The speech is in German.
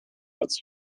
als